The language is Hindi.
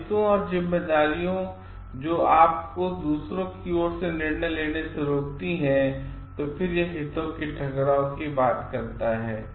दायित्वों और जिम्मेदारियों जो आपको दूसरों की ओर से निर्णय लेने से रोक सकती हैं फिर यह हितों के टकराव की बात करता है